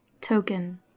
token